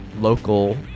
local